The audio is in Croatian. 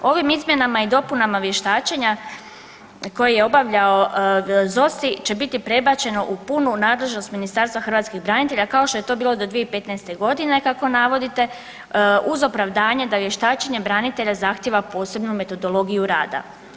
Ovim izmjenama i dopunama vještačenja koje je obavljao ZOSI će biti prebačeno u punu nadležnost Ministarstva hrvatskih branitelja kao što je to bilo do 2015. godine kako navodite uz opravdanje da vještačenje branitelja zahtjeva posebnu metodologiju rada.